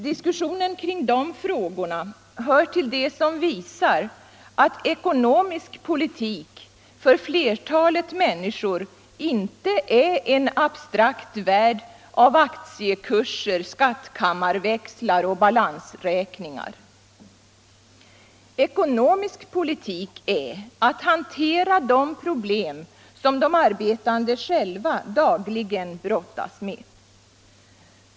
Diskussionen kring de frågorna hör till det som visar att ekonomisk politik för flertalet människor inte är en abstrakt värld av aktiekurser, skattkammarväxlar och balansräkningar. Ekonomisk politik är att hantera de problem som de arbetande själva dagligen brottas med.